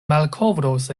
malkovros